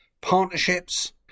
partnerships